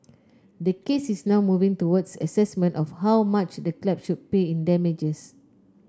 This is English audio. the case is now moving towards assessment of how much the club should pay in damages